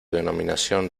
denominación